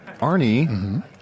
Arnie